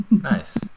nice